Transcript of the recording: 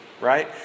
right